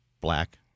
black